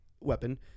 weapon